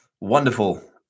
wonderful